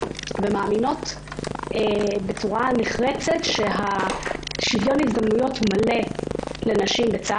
ומאמינות בצורה נחרצת ששוויון הזדמנויות מלא לנשים בצה"ל